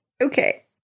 Okay